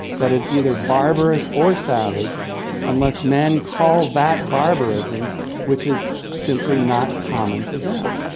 that is either barbarous or savage unless men call that barbarism which is simply not common to them,